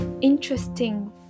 interesting